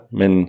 men